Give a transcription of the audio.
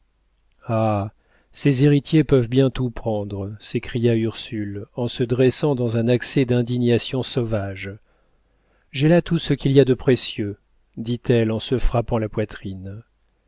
ah ses héritiers peuvent bien tout prendre s'écria ursule en se dressant dans un accès d'indignation sauvage j'ai là tout ce qu'il y a de précieux dit-elle en se frappant la poitrine